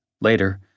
Later